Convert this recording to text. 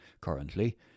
Currently